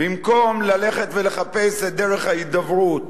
במקום ללכת ולחפש את דרך ההידברות.